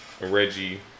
Reggie